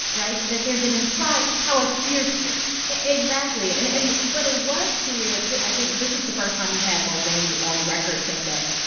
right? that there's an implied power tier here exactly. and and but it was clear i think this is the first time you had mulvaney on record saying that,